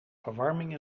verwarming